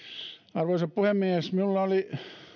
arvoisa puhemies minulla oli